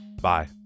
Bye